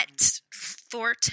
thornton